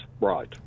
right